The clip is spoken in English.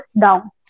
down